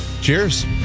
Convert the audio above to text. Cheers